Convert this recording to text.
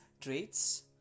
traits